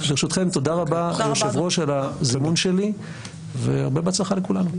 ברשותכם תודה רבה ליושב-ראש על הזימון שלי והרבה בהצלחה לכולנו.